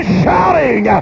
shouting